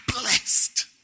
blessed